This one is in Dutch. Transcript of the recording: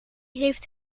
heeft